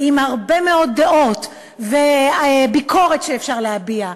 עם הרבה מאוד דעות וביקורת שאפשר להביע,